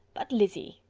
but, lizzy,